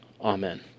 Amen